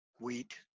wheat